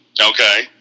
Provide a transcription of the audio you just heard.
Okay